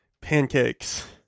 pancakes